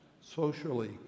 socially